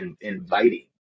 inviting